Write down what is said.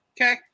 Okay